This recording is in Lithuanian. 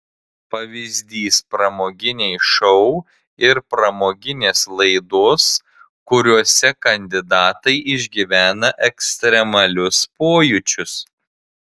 pavyzdys pramoginiai šou ir pramoginės laidos kuriose kandidatai išgyvena ekstremalius pojūčius